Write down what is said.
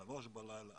3:00 בלילה,